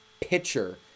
pitcher